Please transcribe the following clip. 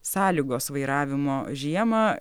sąlygos vairavimo žiemą